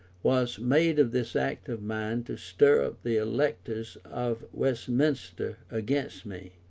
was made of this act of mine to stir up the electors of westminster against me.